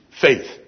Faith